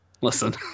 Listen